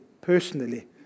personally